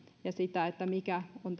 ja sitä mikä on